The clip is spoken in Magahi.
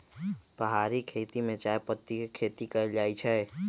पहारि खेती में चायपत्ती के खेती कएल जाइ छै